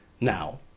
now